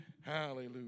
Hallelujah